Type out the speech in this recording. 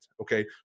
Okay